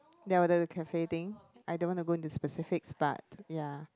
ya the cafe thing I don't want to go into specifics but ya